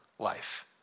life